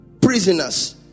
Prisoners